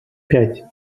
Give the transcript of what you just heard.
пять